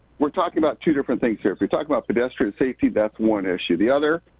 we're talking about two different things here. if you're talking about pedestrian safety, that's one issue. the other,